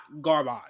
garbage